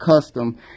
Custom